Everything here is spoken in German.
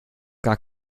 gar